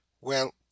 Well